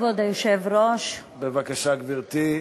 כבוד היושב-ראש, בבקשה, גברתי.